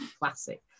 Classic